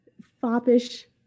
foppish